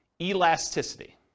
elasticity